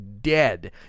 dead